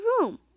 room